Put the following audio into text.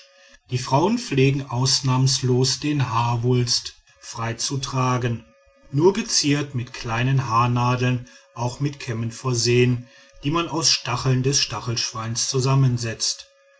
die frauen pflegen ausnahmslos den haarwulst frei zu tragen nur geziert mit kleinen haarnadeln auch mit kämmen versehen die man aus stacheln des stachelschweins zusammensetzt